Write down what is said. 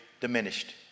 diminished